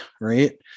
Right